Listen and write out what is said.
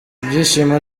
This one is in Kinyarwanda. ibyishimo